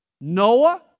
Noah